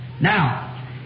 Now